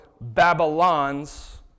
Babylons